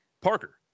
Parker